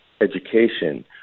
education